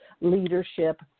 leadership